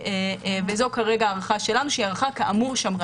וזו הערכה שלנו שהיא שמרנית.